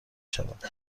شود